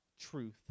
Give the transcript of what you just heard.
truth